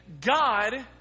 God